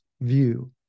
view